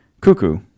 cuckoo